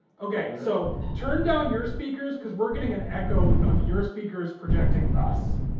okay, so turn down your speakers, cause we're getting an echo of your speakers projecting us.